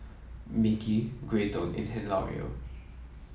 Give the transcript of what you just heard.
Micky Graydon and Hilario